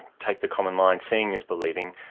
take the common line seeing is believing,